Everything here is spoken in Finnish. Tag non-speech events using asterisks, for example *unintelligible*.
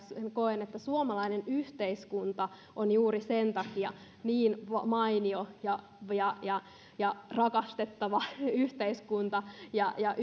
koen että suomalainen yhteiskunta on juuri sen takia niin mainio ja ja rakastettava yhteiskunta ja ja *unintelligible*